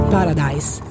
Paradise